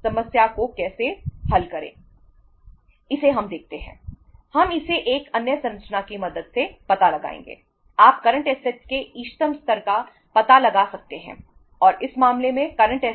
कहेंगे